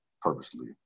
purposely